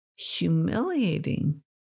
Humiliating